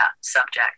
Subject